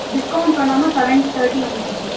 discount பண்ணாமல் seven thirty வந்துச்சு sir